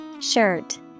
Shirt